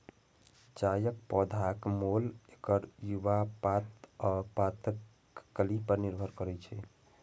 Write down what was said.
चायक पौधाक मोल एकर युवा पात आ पातक कली पर निर्भर करै छै